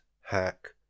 hack